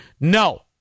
No